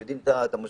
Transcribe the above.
שיודעים את המשמעויות,